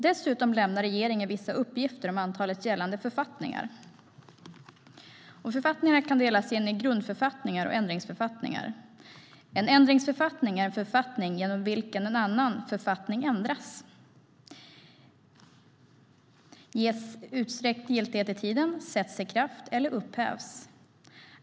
Dessutom lämnar regeringen vissa uppgifter om antalet gällande författningar. Kommittéberättelse 2015 Redovisning av elnätsverksamhet Författningarna kan delas in i grundförfattningar och ändringsförfattningar. En ändringsförfattning är en författning genom vilken en annan författning ändras, ges utsträckt giltighet i tiden, sätts i kraft eller upphävs.